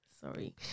sorry